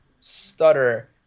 stutter